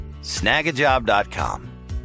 snagajob.com